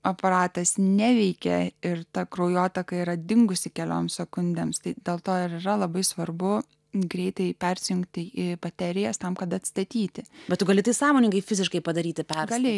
aparatas neveikia ir ta kraujotaka yra dingusi kelioms sekundėms tai dėl to yra labai svarbu greitai persijungti į baterijas tam kad atstatyti bet tu gali sąmoningai fiziškai padaryti pergalė